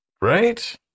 right